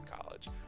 college